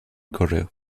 correo